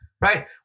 right